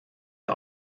der